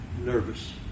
nervous